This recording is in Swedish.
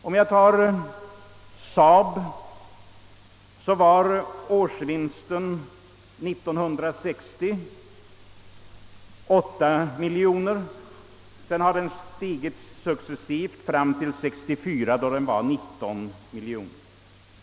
Om jag tar SAAB som exempel, finner jag att årsvinsten 1960 var 8 miljoner och att den sedan stigit successivt fram till 1964 då den utgjorde 19 miljoner.